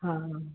हाँ